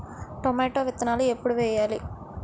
Tomato విత్తనాలు ఎప్పుడు వెయ్యాలి?